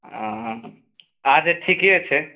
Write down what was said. ओ अच्छा ठीके छै